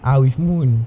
I with moon